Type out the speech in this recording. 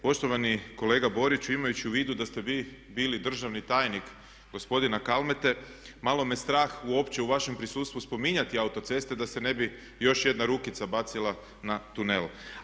Poštovani kolega Borić imajući u vidu da ste vi bili državni tajnik gospodina Kalmete malo me strah uopće u vašem prisustvu spominjati autoceste da se ne bi još jedna rukica bacila na tunel.